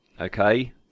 okay